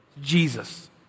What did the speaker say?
Jesus